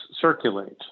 circulate